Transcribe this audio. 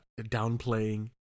downplaying